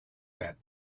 that